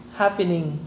happening